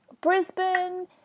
Brisbane